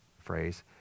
phrase